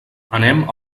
anem